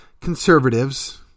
conservatives